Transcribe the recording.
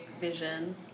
vision